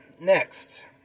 Next